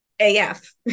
AF